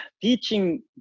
teaching